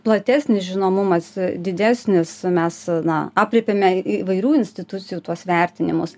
platesnis žinomumas didesnis mes na aprėpiame įvairių institucijų tuos vertinimus